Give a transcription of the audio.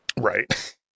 right